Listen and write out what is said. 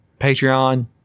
Patreon